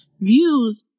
views